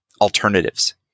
alternatives